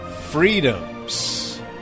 Freedoms